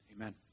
amen